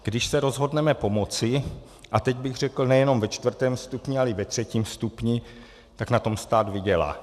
Když se rozhodneme pomoci, a teď bych řekl nejenom ve čtvrtém stupni, ale i ve třetím stupni, tak na tom stát vydělá.